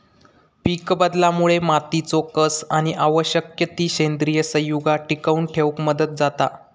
पीकबदलामुळे मातीचो कस आणि आवश्यक ती सेंद्रिय संयुगा टिकवन ठेवक मदत जाता